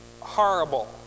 Horrible